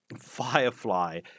Firefly